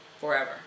forever